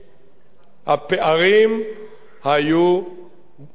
"הפערים היו רחבים".